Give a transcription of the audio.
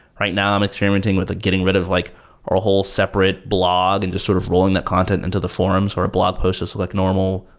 right now, i'm experimenting with getting rid of like a whole separate blog and just sort of rolling that content until the forums or blog posts just look normal,